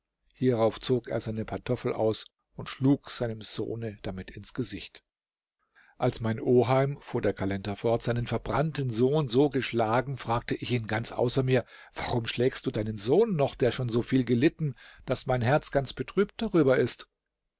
hierauf zog er seine pantoffel aus und schlug seinem sohne damit ins gesicht als mein oheim fuhr der kalender fort seinen verbrannten sohn so geschlagen fragte ich ihn ganz außer mir warum schlägst du deinen sohn noch der schon so viel gelitten daß mein herz ganz betrübt darüber ist